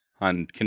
on